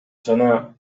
жана